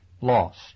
lost